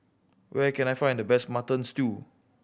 where can I find the best Mutton Stew